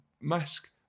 mask